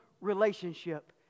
relationship